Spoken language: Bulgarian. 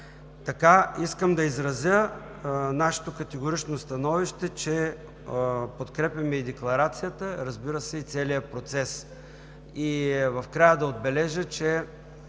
Така искам да изразя нашето категорично становище, че подкрепяме и Декларацията, разбира се, и целия процес. В края да отбележа, че